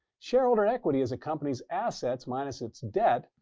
shareholder equity is a company's assets minus its debt,